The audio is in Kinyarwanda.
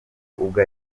ubwo